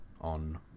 on